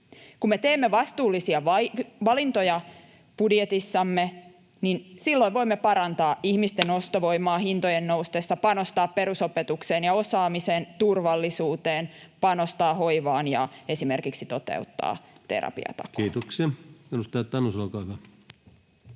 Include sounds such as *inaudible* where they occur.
Kun me teemme vastuullisia valintoja budjetissamme, silloin voimme parantaa ihmisten ostovoimaa *noise* hintojen noustessa, panostaa perusopetukseen, osaamiseen, turvallisuuteen ja hoivaan ja esimerkiksi toteuttaa terapiatakuun. [Speech 175] Speaker: